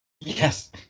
Yes